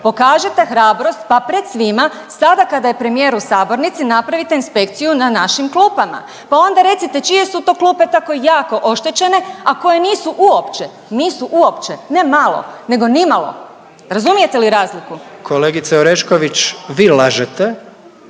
pokažite hrabrost, pa pred svima sada kada je premijer u sabornici napravite inspekciju na našim klupama, pa onda recite čije su to klupe tako jako oštećene, a koje nisu uopće, nisu uopće, ne malo nego nimalo, razumijete li razliku? **Jandroković, Gordan